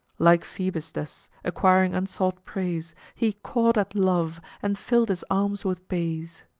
like phoebus thus, acquiring unsought praise, he caught at love and filled his arms with bays.